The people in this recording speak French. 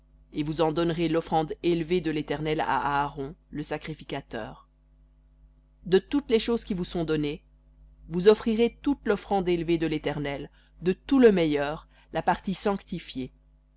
et vous en donnerez l'offrande élevée de l'éternel à aaron le sacrificateur de toutes les choses qui vous sont données vous offrirez toute l'offrande élevée de l'éternel de tout le meilleur la partie sanctifiée